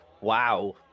Wow